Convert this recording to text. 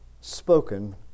spoken